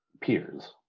peers